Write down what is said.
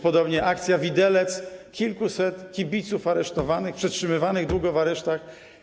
Podobnie akcja „Widelec” - kilkuset kibiców aresztowanych, przetrzymywanych długo w aresztach.